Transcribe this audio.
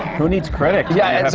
who needs critics? yeah,